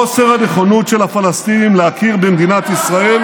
חוסר הנכונות של הפלסטינים להכיר במדינת ישראל